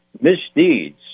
misdeeds